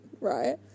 right